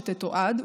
שתתועד,